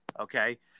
Okay